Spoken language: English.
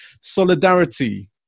solidarity